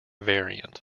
variant